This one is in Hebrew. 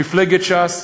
מפלגת ש"ס,